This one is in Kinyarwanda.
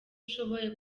ushobora